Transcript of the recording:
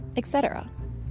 et cetera.